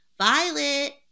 Violet